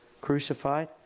crucified